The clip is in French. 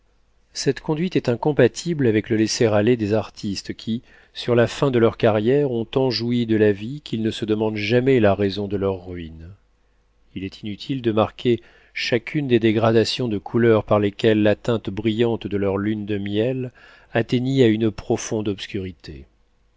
cette conduite est incompatible avec le laisser-aller des artistes qui sur la fin de leur carrière ont tant joui de la vie qu'ils ne se demandent jamais la raison de leur ruine il est inutile de marquer chacune des dégradations de couleur par lesquelles la teinte brillante de leur lune de miel atteignit à une profonde obscurité